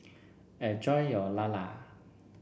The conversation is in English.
enjoy your Lala